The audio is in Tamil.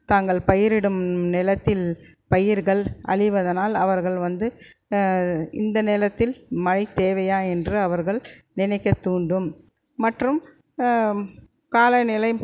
தாங்கள் பயிரிடும் நிலத்தில் பயிர்கள் அழிவதனால் அவர்கள் வந்து இந்த நிலத்தில் மழை தேவையா என்று அவர்கள் நினைக்கத்தூண்டும் மற்றும் காலநிலை